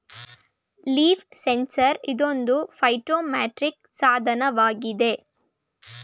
leaf sensor ಇದೊಂದು phytometric ಸಾಧನವಾಗಿದೆ